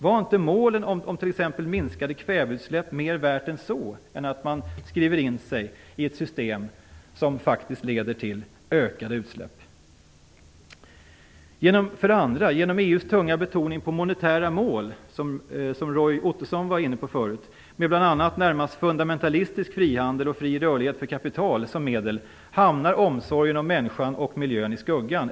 Var inte målen om t.ex. minskade kväveutsläpp mer värda än så - dvs. mer värda än att man skriver in sig i ett system som faktiskt leder till ökade utsläpp? 2. Genom EU:s tunga betoning på monetära mål, som Roy Ottosson förut var inne på, med bl.a. en närmast fundamentalistisk frihandel och fri rörlighet för kapital som medel hamnar omsorgen om människan och miljön i skuggan.